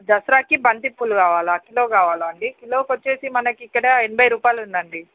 దసరాకి బంతిపూలు కావాలా కిలో కావాలా అండి కిలోకి వచ్చి మనకి ఇక్కడ ఎనభై రూపాయలు ఉందండి